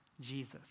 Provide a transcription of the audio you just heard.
Jesus